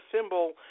symbol